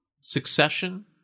succession